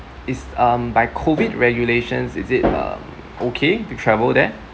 is um by COVID regulations is it um okay to travel there